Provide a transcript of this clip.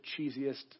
cheesiest